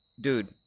dude